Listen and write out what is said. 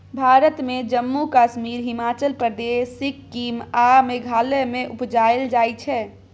भारत मे जम्मु कश्मीर, हिमाचल प्रदेश, सिक्किम आ मेघालय मे उपजाएल जाइ छै